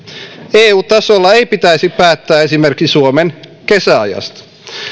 eu tasolla ei pitäisi päättää esimerkiksi suomen kesäajasta